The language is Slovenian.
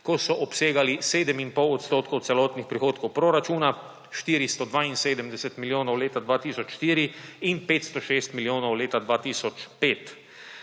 ko so obsegali 7 in pol odstotkov celotnih prihodkov proračuna, 472 milijonov leta 2004 in 506 milijonov leta 2005.